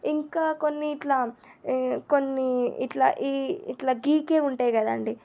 ఇంకా కొన్ని ఇట్లా కొన్ని ఇట్లా ఈ ఇట్లా గీకేవి ఉంటాయి కదండి